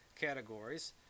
categories